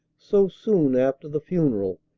so soon after the funeral,